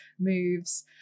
moves